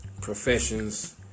professions